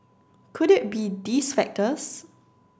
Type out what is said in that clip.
could it be these factors